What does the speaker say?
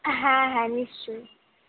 হ্যাঁ হ্যাঁ নিশ্চয়ই